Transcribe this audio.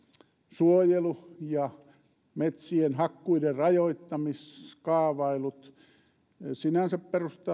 suojelu ja metsien hakkuiden rajoittamiskaavailut esimerkiksi sinänsä